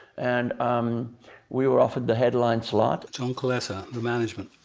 and um we were offered the headline slot. john coletla, the management,